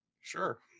sure